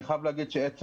אני חייב להגיד שזה